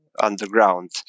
underground